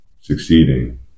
succeeding